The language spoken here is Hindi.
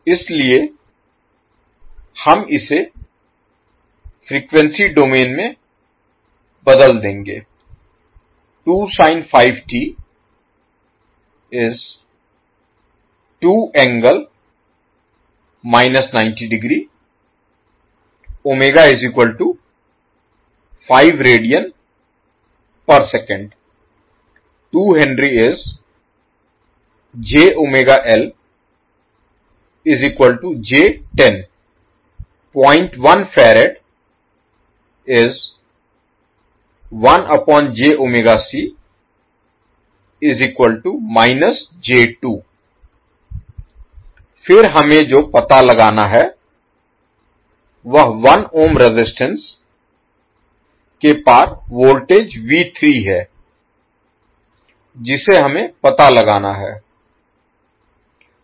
इसलिए हम इसे फ़्रीक्वेंसी डोमेन में बदल देंगे फिर हमें जो पता लगाना है वह 1 ohm रेजिस्टेंस के पार वोल्टेज है जिसे हमें पता लगाना है